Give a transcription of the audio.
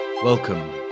Welcome